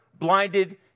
blinded